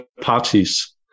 parties